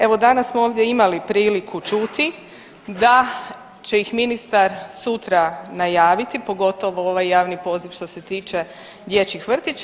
Evo, danas smo ovdje imali priliku čuti da će ih ministar sutra najaviti pogotovo ovaj javni poziv što se tiče dječjih vrtića.